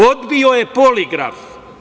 Odbio je poligraf.